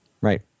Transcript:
right